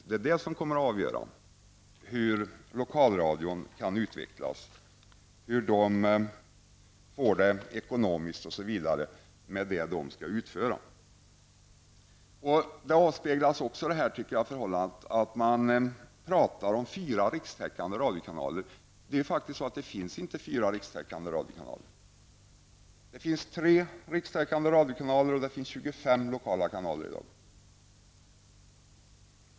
Detta kommer att bli avgörande för hur Lokalradion kommer att utvecklas -- hur de t.ex. får det ekonomiskt med det de skall utföra. Detta förhållande avspeglas också i det att man talar om fyra rikstäckande radiokanaler. Det finns faktiskt inte fyra rikstäckande radiokanaler. Det finns tre rikstäckande radiokanaler och tjugofem lokala.